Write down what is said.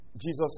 Jesus